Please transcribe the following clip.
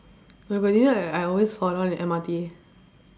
but but did you know I always fall down in M_R_T